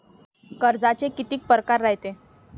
कर्जाचे कितीक परकार रायते?